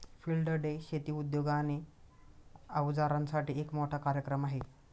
field day शेती उद्योग आणि अवजारांसाठी एक मोठा कार्यक्रम आहे